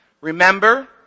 Remember